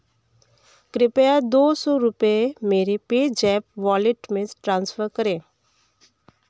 कृपया दो सौ रुपये मेरे पेजैप वॉलेट में ट्रांसफ़र करें